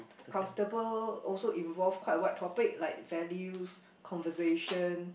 comfortable also involve quite wide topic like values conversation